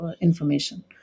information